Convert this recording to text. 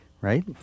right